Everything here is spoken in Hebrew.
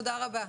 תודה רבה.